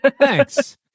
Thanks